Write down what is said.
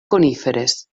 coníferes